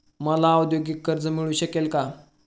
मला औद्योगिक कर्ज मिळू शकेल का?